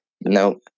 No